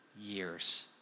years